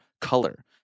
color